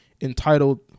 entitled